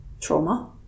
trauma